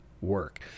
work